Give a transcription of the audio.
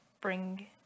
bring